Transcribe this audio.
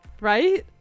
right